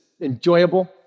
enjoyable